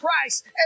christ